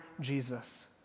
Jesus